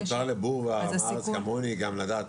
אם מותר לבור ועם הארץ כמוני גם לדעת